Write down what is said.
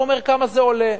הוא אומר כמה זה עולה.